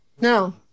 no